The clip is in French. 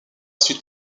suite